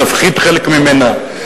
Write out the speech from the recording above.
להפחית חלק ממנה,